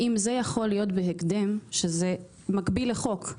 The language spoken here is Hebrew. אם זה יכול להיות בהקדם, שזה מקביל לחוק,